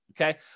Okay